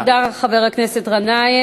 תודה, חבר הכנסת גנאים.